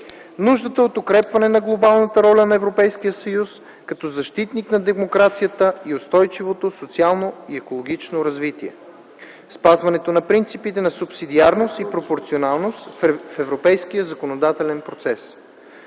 нуждата от укрепване на глобалната ролята на Европейския съюз като защитник на демокрацията и устойчивото социално и екологично развитие, - спазването на принципите на субсидиарност и пропорционалност в европейския законодателен процес,